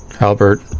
Albert